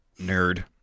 nerd